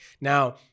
Now